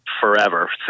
forever